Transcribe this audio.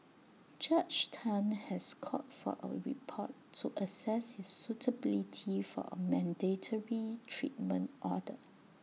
Judge Tan has called for A report to access his suitability for A mandatory treatment order